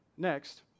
Next